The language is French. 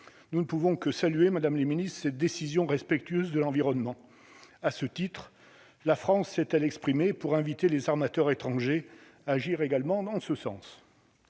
nous ne pouvons que saluer Madame le Ministre, cette décision, respectueuse de l'environnement, à ce titre, la France est-elle exprimée pour inviter les armateurs étrangers agir également dans ce sens.